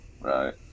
Right